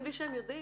בלי שהם יודעים.